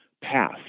path